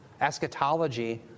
eschatology